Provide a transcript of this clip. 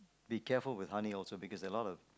be careful with honey also because a lot of